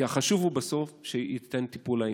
כי בסוף מה שחשוב הוא שיינתן טיפול לעניין.